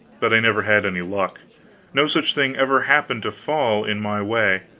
but i never had any luck no such thing ever happened to fall in my way.